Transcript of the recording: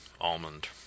almond